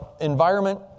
environment